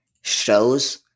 shows